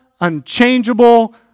unchangeable